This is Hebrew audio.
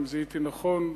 אם זיהיתי נכון.